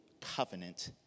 covenant